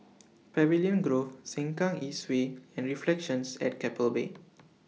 Pavilion Grove Sengkang East Way and Reflections At Keppel Bay